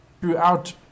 throughout